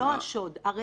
לא השוד, הרצח.